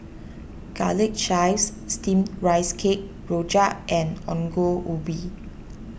Garlic Chives Steamed Rice Cake Rojak and Ongol Ubi